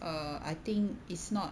err I think it's not